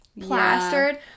plastered